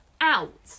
out